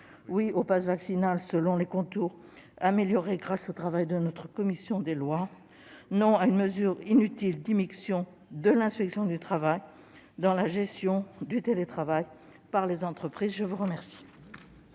oui au passe vaccinal, selon des contours améliorés grâce au travail de notre commission des lois ; non à une mesure inutile d'immixtion de l'inspection du travail dans la gestion du télétravail par les entreprises. La parole